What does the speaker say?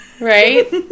Right